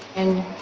and